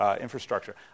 infrastructure